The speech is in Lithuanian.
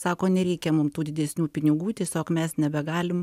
sako nereikia mum tų didesnių pinigų tiesiog mes nebegalim